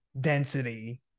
density